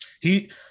he